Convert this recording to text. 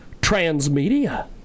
transmedia